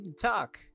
talk